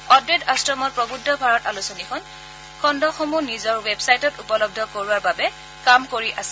অদ্বেত আশ্ৰমে প্ৰবুদ্ধ ভাৰত আলোচনীৰ খণ্ডসমূহ নিজৰ ৱেব ছাইটত উপলব্ধ কৰোৱাৰ বাবে কাম কৰি আছে